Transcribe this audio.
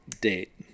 date